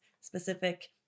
specific